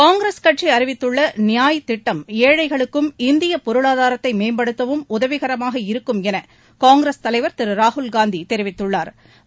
காங்கிரஸ் கட்சி அறிவித்துள்ள நியாய் திட்டம் ஏழைகளுக்கும் இந்திய பொருளாதாரத்தை மேம்படுத்தவும் உதவிகரமாக இருக்கும் என காங்கிரஸ் தலைவா் திரு ராகுல் காந்தி தெரிவித்துள்ளாா்